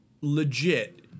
legit